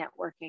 networking